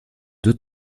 deux